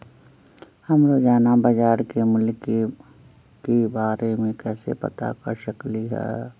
हम रोजाना बाजार के मूल्य के के बारे में कैसे पता कर सकली ह?